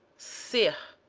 see ir,